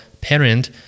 parent